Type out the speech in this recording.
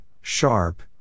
sharp